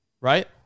right